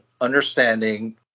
understanding